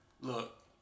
look